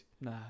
Nah